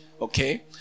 okay